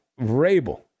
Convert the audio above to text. Vrabel